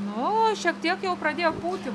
nu šiek tiek jau pradėjo pūti